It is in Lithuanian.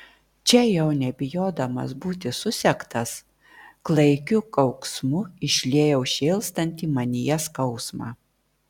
čia jau nebijodamas būti susektas klaikiu kauksmu išliejau šėlstantį manyje skausmą